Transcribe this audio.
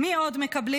מי עוד מקבלים?